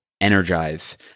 Energize